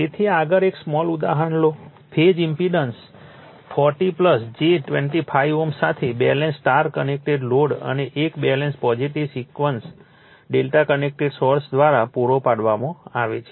તેથી આગળ એક સ્મોલ ઉદાહરણ લો કે ફેઝ ઈમ્પેડન્સ 40 j 25 Ω સાથે બેલેન્સ સ્ટાર કનેક્ટેડ લોડ એક balance positive sequence Δ connected source દ્વારા પૂરો પાડવામાં આવે છે